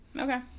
Okay